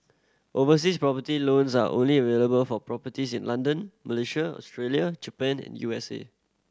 overseas property loans are only available for properties in London Malaysia Australia Japan and U S A